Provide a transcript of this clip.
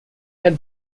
had